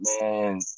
man